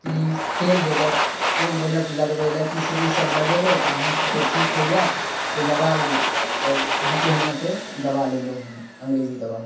की तेल देलहुॅं तेल देलक लगबै लऽ की इसब लगेबै तऽ अहाँके ठीक हो जैत से लगालु सब हुनके हियाँ से दबा लेलौं हम अंग्रेजी दबा